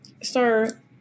sir